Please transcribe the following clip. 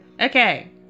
okay